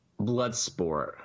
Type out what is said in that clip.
Bloodsport